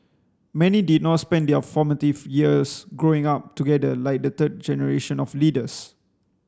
many did not spend their formative years growing up together like the third generation of leaders